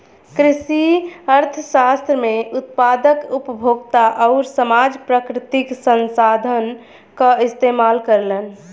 कृषि अर्थशास्त्र में उत्पादक, उपभोक्ता आउर समाज प्राकृतिक संसाधन क इस्तेमाल करलन